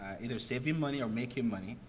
either save you money or make you money,